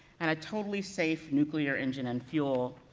and a totally safe nuclear engine and fuel,